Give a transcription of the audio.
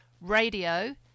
Radio